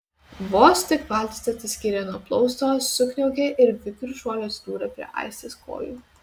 vos tik valtis atsiskyrė nuo plausto sukniaukė ir vikriu šuoliu atsidūrė prie aistės kojų